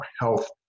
health